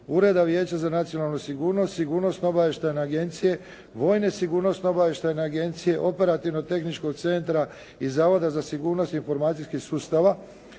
Ureda vijeća za nacionalnu sigurnost, Sigurnost obavještajne agencije, Vojno sigurnosno obavještajne agencije, Operativno tehničkog centra i Zavoda za sigurnost i informacijski sustava